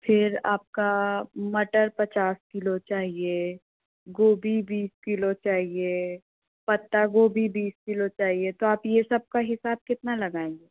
फिर आपका मटर पचास किलो चाहिए गोभी बीस किलो चाहिए पत्ता गोभी बीस किलो चाहिए तो आप ये सब का हिसाब कितना लगाएंगे